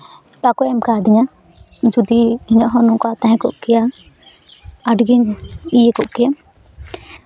ᱵᱟᱠᱚ ᱮᱢ ᱠᱟᱣᱫᱤᱧᱟ ᱡᱩᱫᱤ ᱤᱧᱟᱹᱜ ᱦᱚᱸ ᱱᱚᱝᱠᱟ ᱛᱟᱦᱮᱸ ᱠᱚᱜ ᱠᱮᱭᱟ ᱟᱹᱰᱤ ᱜᱮᱧ ᱤᱭᱟᱹ ᱠᱚᱜ ᱠᱮᱭᱟ